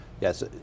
yes